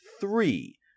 three